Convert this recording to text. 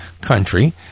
country